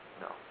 No